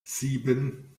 sieben